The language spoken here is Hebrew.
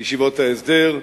ישיבות ההסדר,